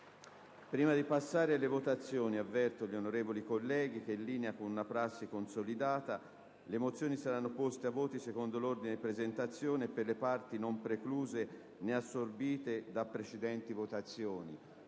Prima di passare alle votazioni, avverto gli onorevoli colleghi che, in linea con una prassi consolidata, le mozioni saranno poste ai voti secondo l'ordine di presentazione e per le parti non precluse né assorbite da precedenti votazioni.